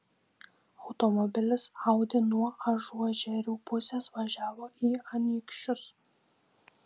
automobilis audi nuo ažuožerių pusės važiavo į anykščius